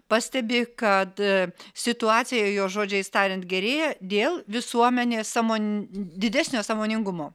pastebi kad situacija jo žodžiais tariant gerėja dėl visuomenės sąmon didesnio sąmoningumo